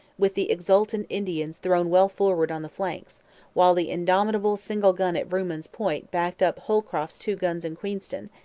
with the exultant indians thrown well forward on the flanks while the indomitable single gun at vrooman's point backed up holcroft's two guns in queenston,